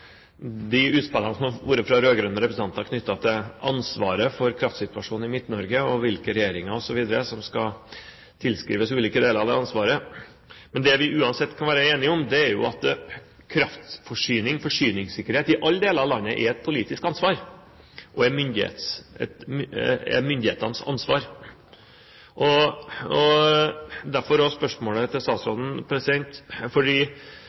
de utspillene som har kommet fra rød-grønne representanter knyttet til ansvaret for kraftsituasjonen i Midt-Norge og hvilke regjeringer osv. som skal tilskrives ulike deler av det ansvaret. Men det vi uansett kan være enige om, er jo at kraftforsyning og forsyningssikkerhet i alle deler av landet er et politisk ansvar og er myndighetenes ansvar. Statsråden har forsvart prinsippet om områdepriser varmt, og